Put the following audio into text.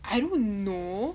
I don't know